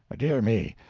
dear me,